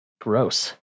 Gross